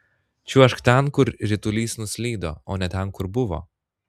čiuožk ten kur ritulys nuslydo o ne ten kur buvo